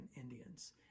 Indians